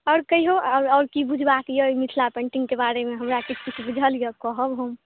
और कहियौ आओर की बुझबाक यऽ मिथिला पेन्टिंग के बारेमे हमरा किछु किछु बुझल यऽ कहब हम